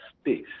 space